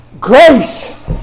Grace